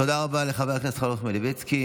תודה רבה לחבר הכנסת חנוך מלביצקי.